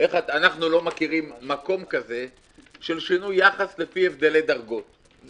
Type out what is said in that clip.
אנחנו לא מכירים מקום כזה של שינוי יחס לפי הבדלי דרגות.